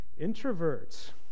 Introverts